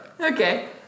Okay